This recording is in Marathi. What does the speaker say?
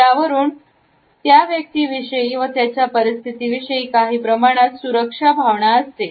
यावरून त्या व्यक्ती विषयी आणि त्याच्या परिस्थितीविषयी काही प्रमाणात सुरक्षा भावना असते